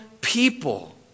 people